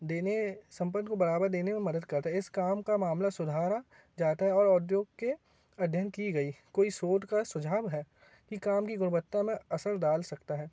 देने सम्पन्न को बढ़ावा देने में मदद करता है इस काम का मामला सुधारा जाता है और उद्योग के अध्ययन की गई कोई शोध का सुझाव है कि काम कि गुणवत्ता में असर डाल सकता है